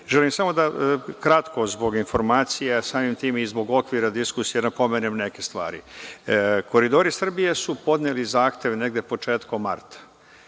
Želim samo da kratko zbog informacija, a samim tim i zbog okvira diskusije napomenem neke stvari.„Koridori Srbije“ su podneli zahtev negde početkom marta.